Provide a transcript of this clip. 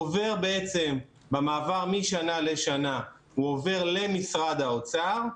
עובר במעבר משנה לשנה למשרד האוצר,